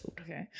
Okay